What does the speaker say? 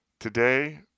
Today